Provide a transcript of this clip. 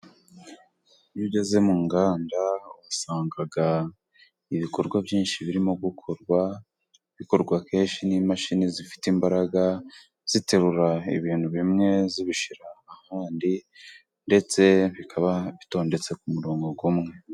Iyo ugeze mu nganda uhasanga ibikorwa byinshi birimo gukorwa, bikorwa kenshi n'imashini zifite imbaraga ziterura ibintu bimwe, zibishyira ahandi, ndetse bikaba bitondetse ku murongo umwe.